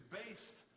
based